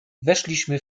weszliśmy